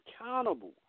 accountable